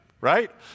right